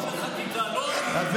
אתה, ועדת שרים לחקיקה, לא אני.